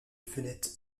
fenêtres